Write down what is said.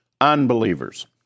unbelievers